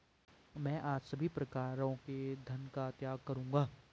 मैं आज सभी प्रकारों के धन का त्याग करूंगा